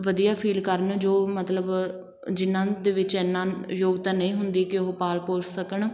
ਵਧੀਆ ਫੀਲ ਕਰਨ ਜੋ ਮਤਲਬ ਜਿਨ੍ਹਾਂ ਦੇ ਵਿੱਚ ਐਨਾ ਯੋਗਤਾ ਨਹੀਂ ਹੁੰਦੀ ਕਿ ਉਹ ਪਾਲ ਪੋਸ਼ ਸਕਣ